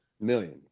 million